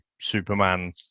Superman